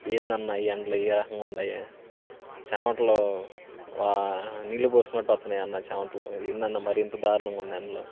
ఏందన్నా ఈ ఎండలు ఈ రకంగా ఉన్నాయి చెమటలు వా నీళ్ళు పోసుకున్నట్టు వస్తున్నాయి అన్నా చెమటలు ఏందన్నా మరీ ఇంత దారుణంగా ఉంది ఎండలు